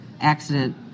accident